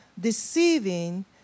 deceiving